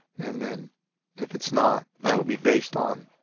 and then if it's not, that will be based on